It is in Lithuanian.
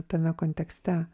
tame kontekste